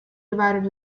divided